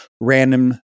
random